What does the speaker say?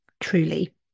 truly